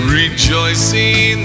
rejoicing